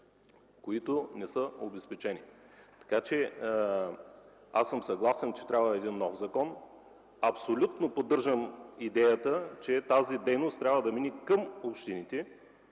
които не са обезпечени със средства. Аз съм съгласен, че е необходим един нов закон. Абсолютно поддържам идеята, че тази дейност трябва да мине към общините,